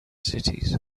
cities